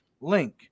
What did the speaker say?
link